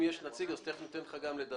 אם יש נציג אז תיכף ניתן לך לדבר.